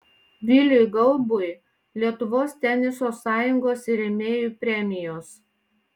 viliui gaubui lietuvos teniso sąjungos ir rėmėjų premijos